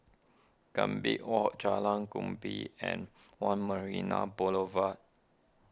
Gambir Walk Jalan Kemuning and one Marina Boulevard